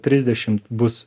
trisdešimt bus